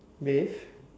bathe